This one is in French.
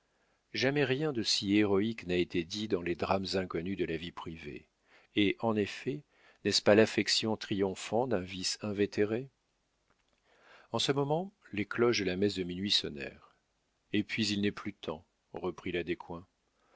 jamais rien de si héroïque n'a été dit dans les drames inconnus de la vie privée et en effet n'est-ce pas l'affection triomphant d'un vice invétéré en ce moment les cloches de la messe de minuit sonnèrent et puis il n'est plus temps reprit la descoings